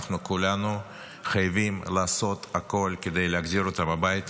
אנחנו כולנו חייבים לעשות הכול כדי להחזיר אותם הביתה.